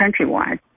countrywide